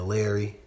Larry